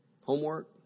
Homework